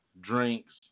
drinks